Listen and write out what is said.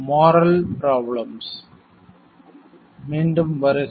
மீண்டும் வருக